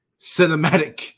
cinematic